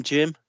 Jim